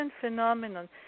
phenomenon